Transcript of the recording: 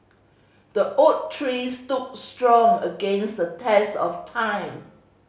the oak tree stood strong against the test of time